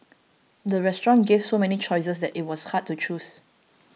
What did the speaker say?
the restaurant gave so many choices that it was hard to choose